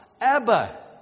Abba